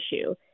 issue